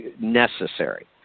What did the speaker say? necessary